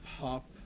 Pop